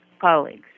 colleagues